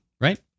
right